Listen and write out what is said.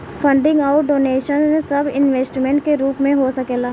funding अउर donation सब investment के रूप में हो सकेला